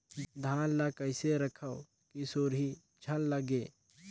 धान ल कइसे रखव कि सुरही झन लगे?